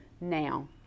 now